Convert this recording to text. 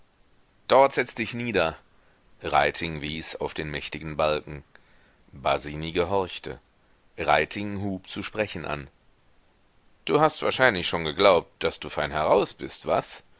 dort setze dich nieder reiting wies auf den mächtigen balken basini gehorchte reiting hub zu sprechen an du hast wahrscheinlich schon geglaubt daß du fein heraus bist was